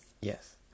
Yes